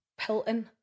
Pilton